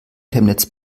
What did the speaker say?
chemnitz